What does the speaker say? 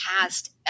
past